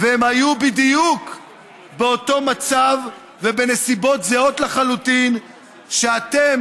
והם היו בדיוק באותו מצב ובנסיבות זהות לחלוטין שאתם,